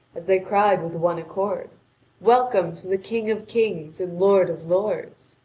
as they cried with one accord welcome to the king of kings and lord of lords!